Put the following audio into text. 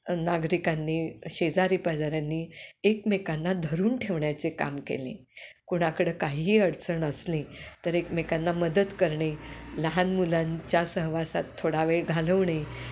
नागरिकांनी शेजारी बाजऱ्यांनी एकमेकांना धरून ठेवण्याचे काम केले कोणाकडं काहीही अडचण असले तर एकमेकांना मदत करणे लहान मुलां च्या सहवासात थोडा वेळ घालवणे